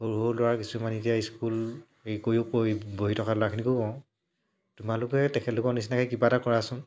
সৰু সৰু ল'ৰা কিছুমান এতিয়া স্কুল হেৰি কৰিও কৰি বহি থকা ল'ৰাখিনিকো কওঁ তোমালোকে তেখেতলোকৰ নিচিনাকৈ কিবা এটা কৰাচোন